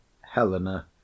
Helena